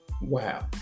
Wow